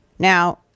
Now